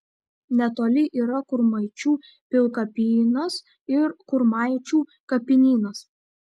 netoli yra kurmaičių pilkapynas ir kurmaičių kapinynas